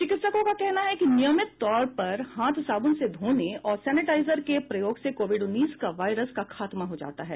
चिकित्सकों का कहना है कि नियमित तौर पर हाथ साबुन से धोने और सैनेटाइजर के प्रयोग से कोविड उन्नीस का वायरस का खात्मा हो जाता है